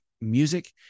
music